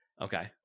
Okay